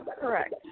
correct